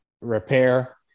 repair